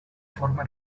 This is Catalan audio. forma